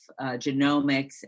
genomics